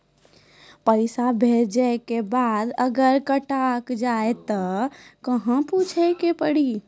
पैसा भेजै के बाद अगर अटक जाए ता कहां पूछे के पड़ी?